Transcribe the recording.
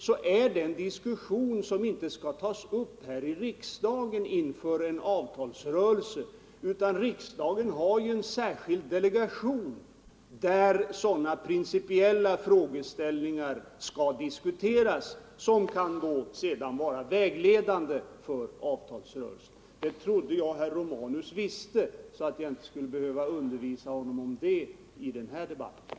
— skall inte tas upp här i riksdagen inför en avtalsrörelse. Riksdagen har ju en särskild delegation, där sådana riktlinjer skall diskuteras som sedan kan bli vägledande för avtalsrörelsen. Det trodde jag att herr Romanus visste, så att jag inte skulle behöva undervisa honom på den punkten i den här debatten.